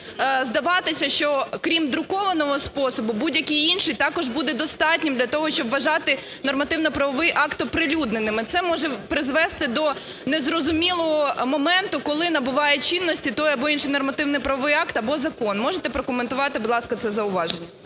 чином здаватися, що, крім друкованого способу, будь-який інший також буде достатнім для того, щоб вважати нормативно-правовий акт оприлюдненим. І це може призвести до незрозумілого моменту, коли набуває чинності той або інший нормативно-правовий акт або закон. Можете прокоментувати, будь ласка, це зауваження.